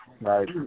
right